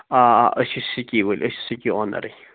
آ آ أسۍ چھِ سِکی وٲلۍ أسۍ چھِ سِکی آنرٕے